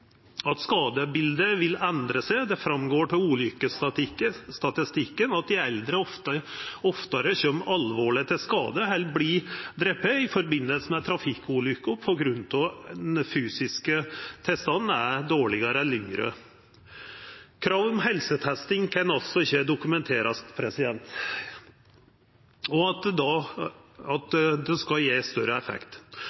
Skadebildet vil endra seg. Det går fram av ulykkesstatistikken at dei eldre oftare kjem alvorleg til skade eller vert drepne i forbindelse med trafikkulykker på grunn av at den fysiske tilstanden er dårlegare enn hos yngre. Krav om helsetesting kan altså ikkje dokumenterast å gje større effekt. Vi har då